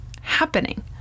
happening